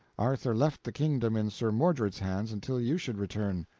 arthur left the kingdom in sir mordred's hands until you should return